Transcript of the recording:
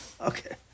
Okay